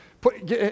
put